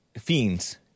fiends